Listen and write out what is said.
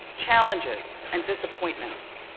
challenges and disappointments.